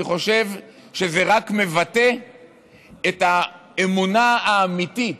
אני חושב שזה רק מבטא את האמונה האמיתית